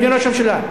אדוני ראש הממשלה,